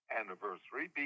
anniversary